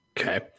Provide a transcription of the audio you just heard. Okay